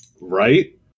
Right